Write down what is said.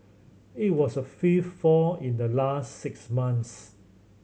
it was a fifth fall in the last six months